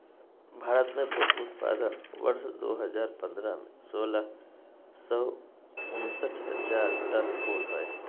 भारत में पुष्प उत्पादन वर्ष दो हजार पंद्रह में, सोलह सौ उनसठ हजार टन फूल होलय